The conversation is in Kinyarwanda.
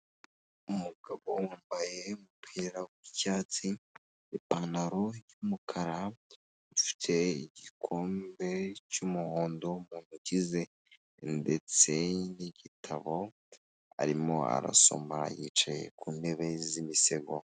Umugabo wambaye umupira w'icyatsi, ipantaro y'umukara afite igikombe cy'umuhondo mu ntoki ze ndetse n'igitabo arimo arasoma yicaye ku ntebe z'imisego.